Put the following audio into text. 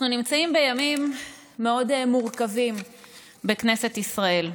אנחנו נמצאים בימים מאוד מורכבים בכנסת ישראל.